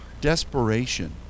desperation